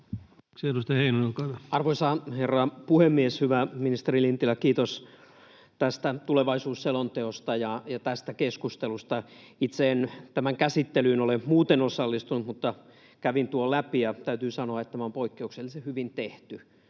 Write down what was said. Arvoisa herra puhemies! Hyvä ministeri Lintilä, kiitos tästä tulevaisuusselonteosta ja tästä keskustelusta. Itse en tämän käsittelyyn ole muuten osallistunut, mutta kävin tuon läpi, ja täytyy sanoa, että tämä on poikkeuksellisen hyvin tehty: